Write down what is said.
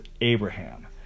Abraham